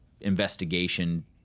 investigation